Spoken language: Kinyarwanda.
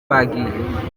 bagiye